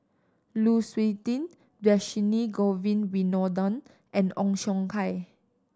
Lu Suitin Dhershini Govin Winodan and Ong Siong Kai